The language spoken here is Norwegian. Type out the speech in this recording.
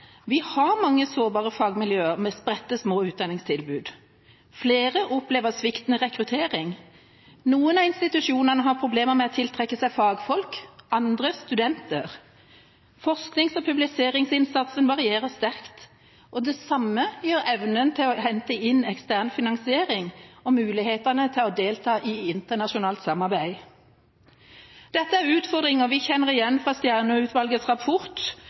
Vi har mange sårbare fagmiljøer med spredte, små utdanningstilbud. Flere opplever sviktende rekruttering. Noen av institusjonene har problemer med å tiltrekke seg fagfolk, andre studenter. Forsknings- og publiseringsinnsatsen varierer sterkt. Det samme gjør evnen til å hente inn ekstern finansiering og mulighetene til å delta i internasjonalt samarbeid. Dette er utfordringer vi kjenner igjen fra Stjernø-utvalgets rapport